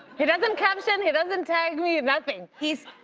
he doesn't caption. he doesn't tag me. nothing. he's,